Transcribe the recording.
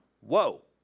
whoa